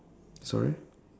sorry